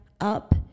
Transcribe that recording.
up